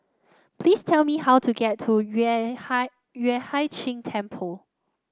please tell me how to get to Yueh Hai Yueh Hai Ching Temple